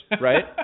right